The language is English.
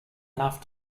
enough